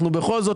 אנחנו בכל זאת,